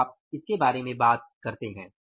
तो आप इसके बारे में बात करते हैं